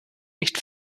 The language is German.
nicht